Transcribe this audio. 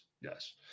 yes